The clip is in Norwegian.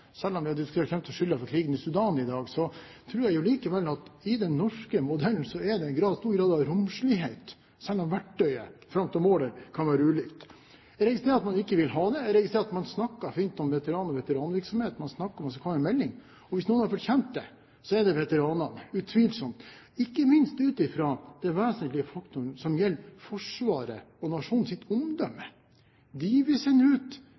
Selv om vi har diskutert hvem som har skylden for krigen i Sudan i dag, tror jeg likevel at i den norske modellen er det en stor grad av romslighet, selv om verktøyet fram til målet kan være ulikt. Jeg registrerer at man ikke vil ha det. Jeg registrerer at man snakker fint om veteraner og veteranvirksomhet, og man snakker om at det skal komme en melding. Hvis noen har fortjent det, er det veteranene, utvilsomt, ikke minst ut fra det vesentlige faktum som gjelder Forsvaret og nasjonens omdømme. Dem vi sender ut